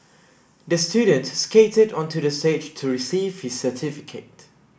the student skated onto the stage to receive his certificate